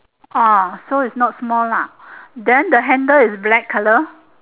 ah so is not small ha then the handle is black colour